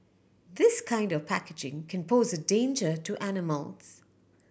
this kind of packaging can pose a danger to animals